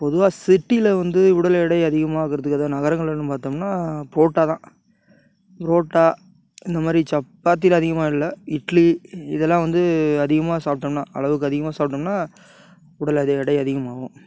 பொதுவாக சிட்டியில் வந்து உடல் எடை அதிகாமாகிறதுக்கு அதாவது நகரங்களெலன்னு பார்த்தோம்னா புரோட்டா தான் புரோட்டா இந்த மாதிரி சப்பாத்திலாம் அதிகமாக இல்லை இட்லி இதெல்லாம் வந்து அதிகமாக சாப்பிட்டோம்னா அளவுக்கு அதிகமாக சாப்பிட்டோம்னா உடல் அது எடை அதிகமாகும்